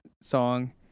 song